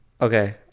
Okay